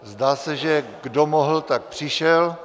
Zdá se, že kdo mohl, tak přišel.